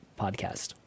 podcast